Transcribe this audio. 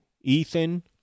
Ethan